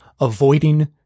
avoiding